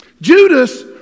Judas